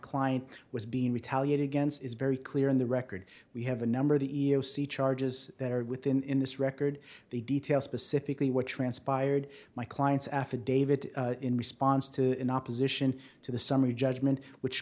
client was being retaliate against is very clear in the record we have a number of the e e o c charges that are within this record the detail specifically what transpired my client's affidavit in response to in opposition to the summary judgment which